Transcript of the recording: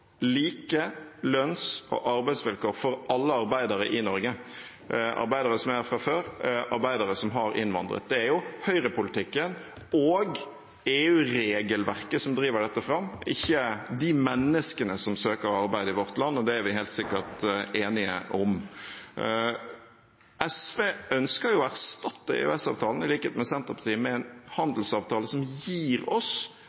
like lønns- og arbeidsvilkår for alle arbeidere i Norge – arbeidere som er her fra før, og arbeidere som har innvandret. Det er jo høyrepolitikken og EU-regelverket som driver dette fram, ikke de menneskene som søker arbeid i vårt land, og det er vi helt sikkert enige om. SV ønsker, i likhet med Senterpartiet, å erstatte EØS-avtalen med en handelsavtale som gir oss